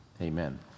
amen